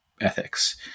ethics